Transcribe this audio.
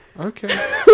Okay